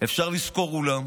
אפשר לשכור אולם